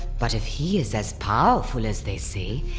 but if he is as powerful as they say,